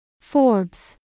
Forbes